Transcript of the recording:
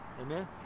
Amen